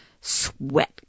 sweat